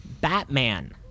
Batman